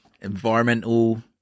environmental